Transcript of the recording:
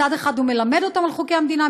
מצד אחד הוא מלמד אותם על חוקי המדינה,